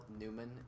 Newman